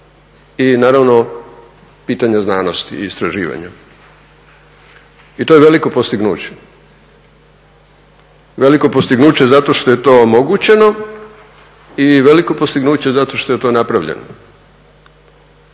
i naravno pitanja znanosti i istraživanja i to je veliko postignuće. Veliko postignuće zato što je to omogućeno i veliko postignuće zato što je to napravljeno.